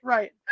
Right